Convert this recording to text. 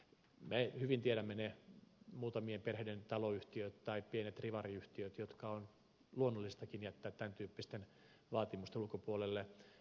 me hyvin tiedämme ne muutamien perheiden taloyhtiöt tai pienet rivariyhtiöt jotka on luonnollistakin jättää tämän tyyppisten vaatimusten ulkopuolelle